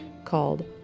called